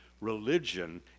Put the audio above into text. religion